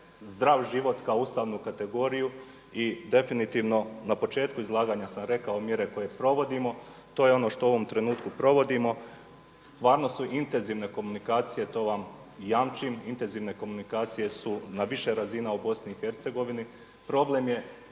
zdrav život kao ustavnu kategoriju i definitivno na početku izlaganja sam rekao mjere koje provodimo to je ono što u ovom trenutku provodimo, stvarno su intenzivne komunikacije, to vam jamčim, intenzivne komunikacije su na više razina u Bosni i